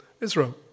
Israel